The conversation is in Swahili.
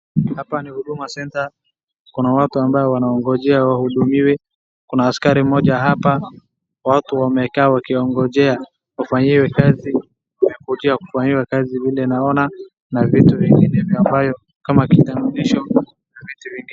Hapa ni Huduma center. Kuna watu ambaye wanaongojea wahudumiwe. Kuna askari mmoja hapa. Watu wamekaa wakiongojea wafanyiwe kazi. Wanangojea kufanyiwa kazi vile naona na vitu vinginevyo ambayo kama kitambulisho na vitu vingine.